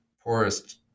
poorest